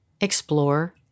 explore